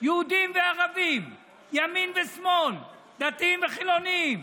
יהודים וערבים, ימין ושמאל, דתיים וחילונים.